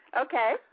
Okay